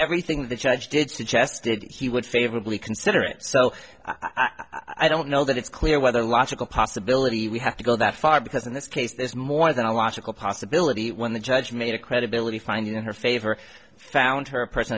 everything the judge did suggested he would favorably consider it so i don't know that it's clear whether logical possibility we have to go that far because in this case there's more than a logical possibility when the judge made a credibility finding in her favor found her